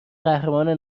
قهرمان